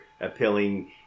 appealing